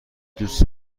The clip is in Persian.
دوست